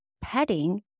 petting